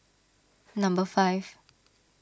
number five